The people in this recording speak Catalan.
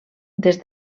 des